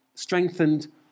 Strengthened